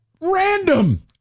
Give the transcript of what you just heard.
random